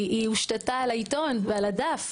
היא הושתתה על העיתון ועל הדף,